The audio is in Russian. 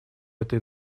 этой